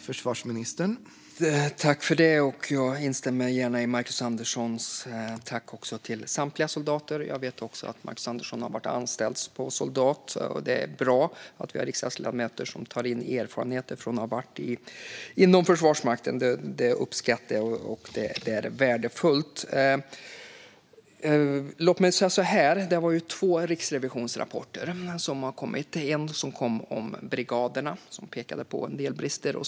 Herr talman! Jag instämmer gärna i Marcus Anderssons tack till samtliga soldater. Jag vet att Marcus Andersson har varit anställd soldat, och det är bra att det finns riksdagsledamöter som tar in erfarenheter från Försvarsmakten. Det uppskattar jag, och det är värdefullt. Två riksrevisionsrapporter har lagts fram. En gäller brigaderna, som pekade på en del brister.